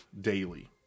daily